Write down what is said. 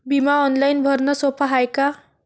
बिमा ऑनलाईन भरनं सोप हाय का?